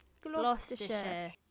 Gloucestershire